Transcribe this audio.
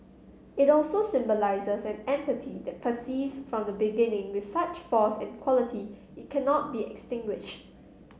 it also symbolises an entity that persists from the beginning with such force and quality it cannot be extinguished